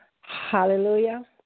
Hallelujah